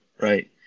Right